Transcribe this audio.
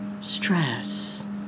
stress